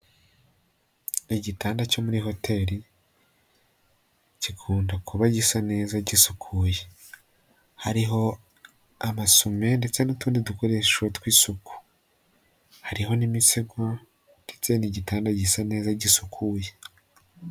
Igitanda cyo muri hoteri, gikunda kuba gisa neza gisukuye, hariho amasume ndetse n'utundi dukoresho tw'isuku, hariho n'imisego ndetse ni gitanda gisa neza, gisukuye.